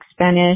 Spanish